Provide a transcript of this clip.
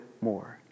more